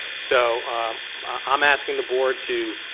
so i'm asking the board to